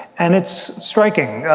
and it's striking.